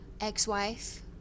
ex-wife